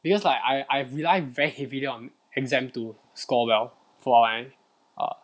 because like I I rely very heavily on exam to score well for like um